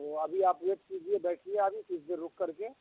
تو ابھی آپ ویٹ کیجیے بیٹھیے ابھی کچھ دیر رک کر کے